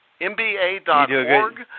MBA.org